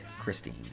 Christine